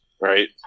right